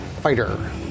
fighter